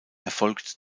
erfolgt